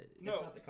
No